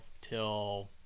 till